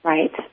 Right